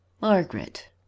Margaret